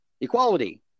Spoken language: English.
equality